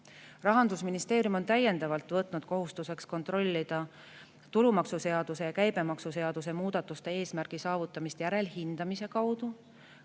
Rahandusministeerium on täiendavalt võtnud kohustuseks kontrollida tulumaksuseaduse ja käibemaksuseaduse muudatuste eesmärgi saavutamist järelhindamise kaudu.